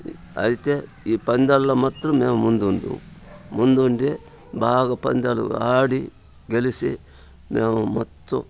అయితే ఈ పందాల్లో మాత్రము మేము ముందు ఉందుం ముందుండి బాగా పందాలు ఆడి గెలిచి మేము మొత్తం